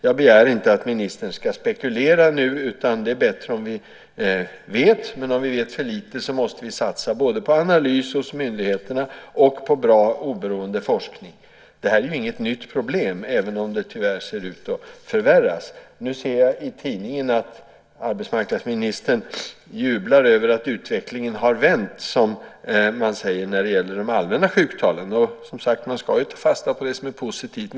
Jag begär inte att ministern nu ska spekulera, utan det är bättre om vi vet . Men om vi vet för lite måste vi satsa både på analys hos myndigheterna och på en bra och oberoende forskning. Det här är ju inget nytt problem, även om det tyvärr ser ut att förvärras. I en tidning ser jag att arbetsmarknadsministern jublar över att utvecklingen har vänt, som man säger, när det gäller de allmänna sjuktalen. Man ska, som sagt, ta fasta på det som är positivt.